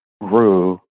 grew